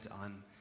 on